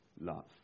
love